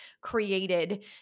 created